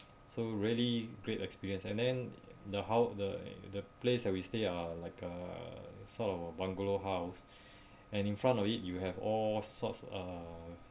so really great experience and then the how the the place that we stay uh like a sort of a bungalow house and in front of it you have all sorts uh